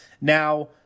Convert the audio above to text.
Now